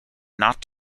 not